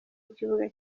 y’ikibuga